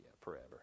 forever